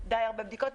יש די הרבה בדיקות,